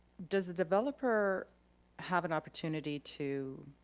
does the developer have an opportunity to